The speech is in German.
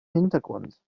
hintergrund